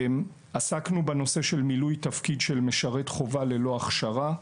עסקנו בנושא של מילוי תפקיד של משרת חובה ללא הכשרה.